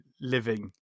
living